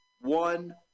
one